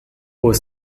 was